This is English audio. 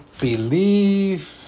believe